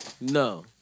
No